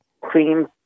cream